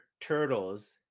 turtles